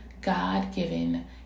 God-given